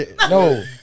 No